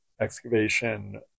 excavation